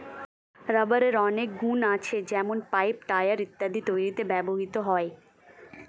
রাবারের অনেক গুন আছে যেমন পাইপ, টায়র ইত্যাদি তৈরিতে ব্যবহৃত হয়